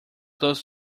does